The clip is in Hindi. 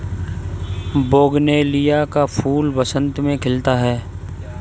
बोगनवेलिया का फूल बसंत में खिलता है